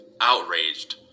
Outraged